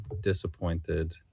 disappointed